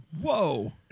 Whoa